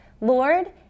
Lord